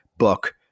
Book